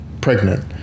pregnant